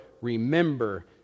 remember